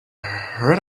heard